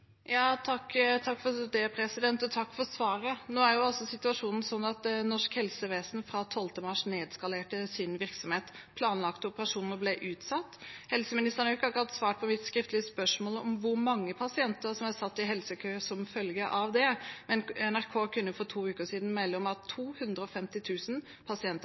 Takk for svaret. Nå er altså situasjonen slik at norsk helsevesen fra 12. mars nedskalerte sin virksomhet. Planlagte operasjoner ble utsatt. Helseministeren har ikke svart på mitt skriftlige spørsmål om hvor mange pasienter som er satt i helsekø som følge av det, men NRK kunne for to uker siden